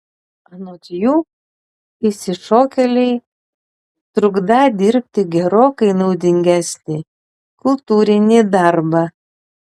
anot jų išsišokėliai trukdą dirbti gerokai naudingesnį kultūrinį darbą